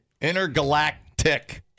Intergalactic